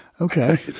Okay